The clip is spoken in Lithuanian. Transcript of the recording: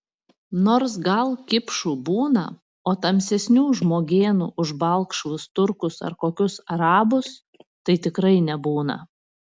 nors gal kipšų būna o tamsesnių žmogėnų už balkšvus turkus ar kokius arabus tai tikrai nebūna